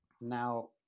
Now